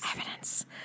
Evidence